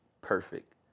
perfect